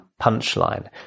punchline